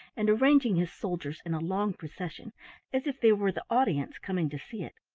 and arranging his soldiers in a long procession as if they were the audience coming to see it.